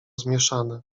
zmieszane